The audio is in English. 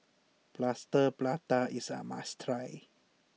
Plaster Prata is a must try